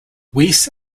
weiss